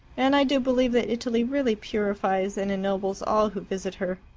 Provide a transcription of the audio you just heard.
and i do believe that italy really purifies and ennobles all who visit her.